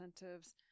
incentives